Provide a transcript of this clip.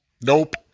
Nope